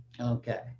Okay